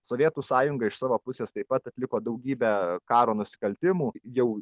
sovietų sąjunga iš savo pusės taip pat atliko daugybę karo nusikaltimų jau